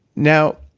now,